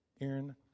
Aaron